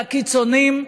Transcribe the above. לקיצונים,